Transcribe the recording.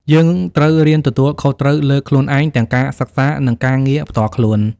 យើងត្រូវរៀនទទួលខុសត្រូវលើខ្លួនឯង ទាំងការងារសិក្សា និងការងារផ្ទាល់ខ្លួន។